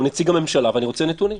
הוא נציג הממשלה ואני רוצה נתונים.